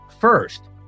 first